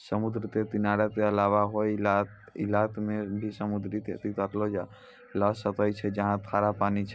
समुद्र के किनारा के अलावा हौ इलाक मॅ भी समुद्री खेती करलो जाय ल सकै छै जहाँ खारा पानी छै